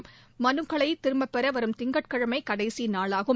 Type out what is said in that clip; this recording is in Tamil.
வேட்புமனுக்களைதிரும்பப்பெறவரும் திங்கட்கிழமைகடைசிநாளாகும்